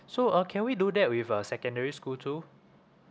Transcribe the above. so uh can we do that with a secondary school too